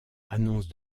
annonce